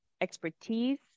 expertise